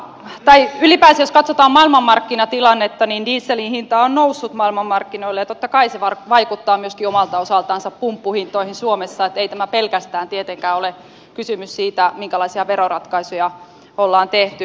jos katsotaan maailmanmarkkinatilannetta niin dieselin hinta on noussut maailmanmarkkinoille ja totta kai se vaikuttaa myöskin omalta osaltansa pumppuhintoihin suomessa että ei tässä pelkästään tietenkään ole kysymys siitä minkälaisia veroratkaisuja ollaan tehty